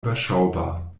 überschaubar